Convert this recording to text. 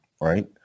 right